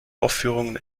aufführungen